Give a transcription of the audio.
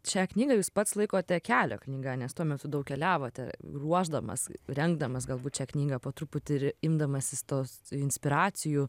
šią knygą jis pats laikote kelio knyga nes tuo metu daug keliavote ruošdamas rengdamas galbūt šią knygą po truputį ir imdamasis tos inspiracijų